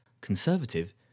conservative